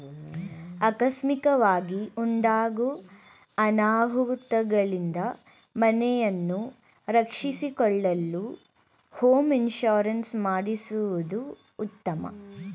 ಆಕಸ್ಮಿಕವಾಗಿ ಉಂಟಾಗೂ ಅನಾಹುತಗಳಿಂದ ಮನೆಯನ್ನು ರಕ್ಷಿಸಿಕೊಳ್ಳಲು ಹೋಮ್ ಇನ್ಸೂರೆನ್ಸ್ ಮಾಡಿಸುವುದು ಉತ್ತಮ